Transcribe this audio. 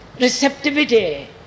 receptivity